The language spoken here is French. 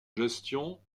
gestion